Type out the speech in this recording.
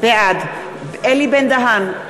בעד אלי בן-דהן,